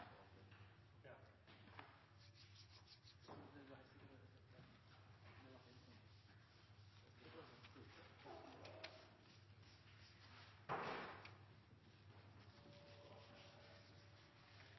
Ja